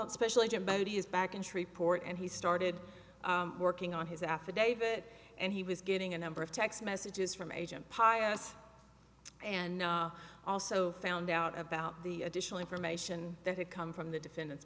is back in shreveport and he started working on his affidavit and he was getting a number of text messages from agent pious and also found out about the additional information that had come from the defendant's